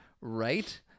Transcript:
right